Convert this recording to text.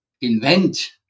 invent